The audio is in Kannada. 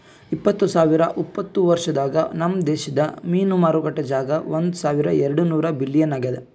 ಇಪ್ಪತ್ತು ಸಾವಿರ ಉಪತ್ತ ವರ್ಷದಾಗ್ ನಮ್ ದೇಶದ್ ಮೀನು ಮಾರುಕಟ್ಟೆ ಜಾಗ ಒಂದ್ ಸಾವಿರ ಎರಡು ನೂರ ಬಿಲಿಯನ್ ಆಗ್ಯದ್